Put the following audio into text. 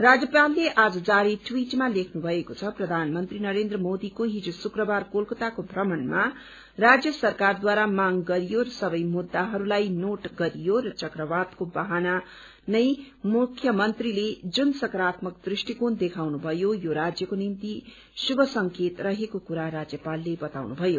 राज्यपालले आज जारी ट्वीटमा लेख्नुभएको छ प्रधानमन्त्री नरेन्द्र मोदीको हिज शुक्रबार कलकताको भ्रमणमा राज्य सरकारद्वारा माग गरियो र सबै मुद्दाहरूलाई नोट गरियो र चक्रवातको बहाना नै मुख्यमन्त्रीले जुन सकारात्मक दृष्टिकोण देखाउनु भयो यो राज्यको निम्ति शुभ संकेत रहेको कुरा राज्यपालले बताउनु भयो